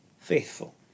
faithful